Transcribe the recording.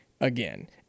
again